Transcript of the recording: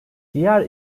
diğer